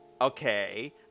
okay